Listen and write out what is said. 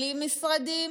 מפצלים משרדים,